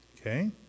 Okay